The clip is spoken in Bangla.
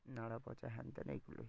নাড়া পচা হ্যানত্যান এগুলো